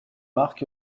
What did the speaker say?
marc